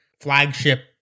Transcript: flagship